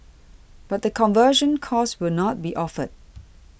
but the conversion course will not be offered